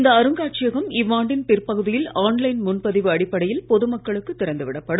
இந்த அருங்காட்சியகம் இவ்வாண்டின் பிற்பகுதியில் ஆன்லைன் முன்பதிவு அடிப்படையில் பொதுமக்களுக்கு திறந்துவிடப் படும்